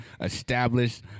established